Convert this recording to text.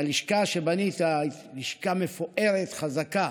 הלשכה שבנית היא לשכה מפוארת, חזקה,